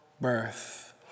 birth